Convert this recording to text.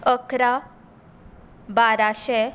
अकरा बाराशे